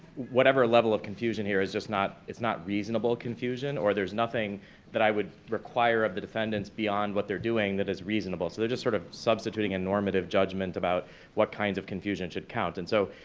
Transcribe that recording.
whatever level of confusion here is just not, it's not reasonable confusion or there's nothing that i would require of the defendants beyond what they're doing that is reasonable. so they're just sort of substituting a normative judgment about what kinds of confusion should count. and so,